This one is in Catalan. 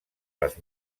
les